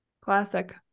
classic